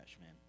man